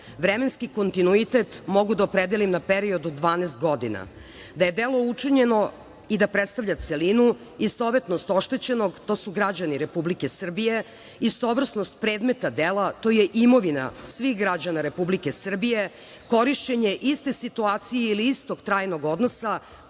Vremenski kontinuitet mogu da opredelim na period od 12 godina, da je delo učinjeno i da predstavlja celinu, istovetnost oštećenog, a to su građani Republike Srbije, istovrsnost predmeta dela, a to je imovina svih građana Republike Srbije, korišćenje iste situacije ili istog trajnog odnosa,